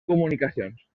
comunicacions